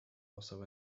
also